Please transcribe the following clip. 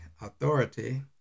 Authority